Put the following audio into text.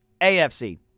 AFC